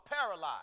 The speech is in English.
paralyzed